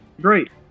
Great